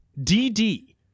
dd